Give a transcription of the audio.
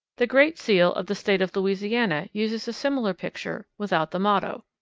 the great seal of the state of louisiana uses similar picture without the motto.